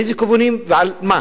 לאיזה כיוונים ועל מה.